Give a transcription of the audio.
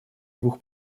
двух